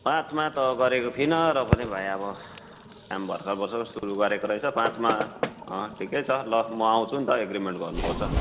पाँचमा त गरेको थिइनँ र पनि भाइ अब काम भर्खर भर्खर सुरु गरेको रहेछौ पाँचमा अँ ठिकै छ ल म आउँछु नि त एग्रिमेन्ट गर्नुपर्छ